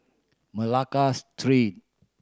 Malacca Street